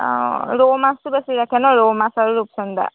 অঁ ৰৌ মাছটো বেছি ৰাখে ন ৰৌ মাছ আৰু ৰূপচন্দা